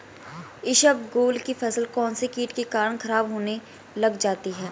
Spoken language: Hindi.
इसबगोल की फसल कौनसे कीट के कारण खराब होने लग जाती है?